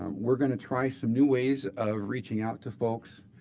um we're going to try some new ways of reaching out to folks.